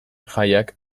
jaiak